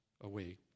away